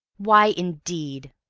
why, indeed!